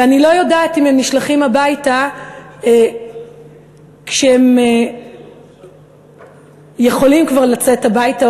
ואני לא יודעת אם הם נשלחים הביתה כשהם יכולים כבר לצאת הביתה,